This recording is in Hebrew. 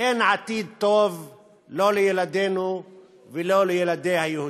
אין עתיד טוב לא לילדינו ולא לילדי היהודים.